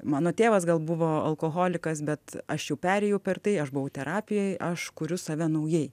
mano tėvas gal buvo alkoholikas bet aš jau perėjau per tai aš buvau terapijoj aš kuriu save naujai